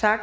Tak